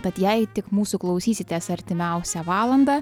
tad jei tik mūsų klausysitės artimiausią valandą